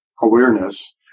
awareness